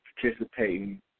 participating